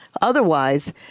Otherwise